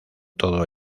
todo